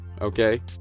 Okay